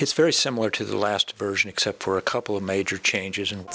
his very similar to the last version except for a couple of major changes in